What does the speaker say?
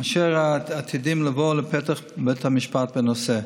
אשר עתידים לבוא לפתח בית המשפט בנושא.